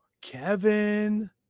Kevin